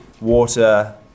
water